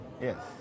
Yes